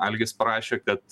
algis parašė kad